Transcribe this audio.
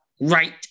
Right